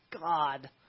God